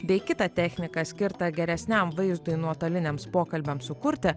bei kitą techniką skirtą geresniam vaizdui nuotoliniams pokalbiams sukurti